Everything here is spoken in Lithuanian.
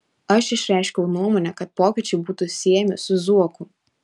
aš išreiškiau nuomonę kad pokyčiai būtų siejami su zuoku